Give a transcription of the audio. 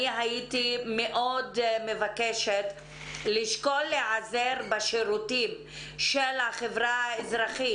הייתי מאוד מבקשת לשקול להיעזר בשירותים של החברה האזרחית